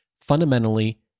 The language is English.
Fundamentally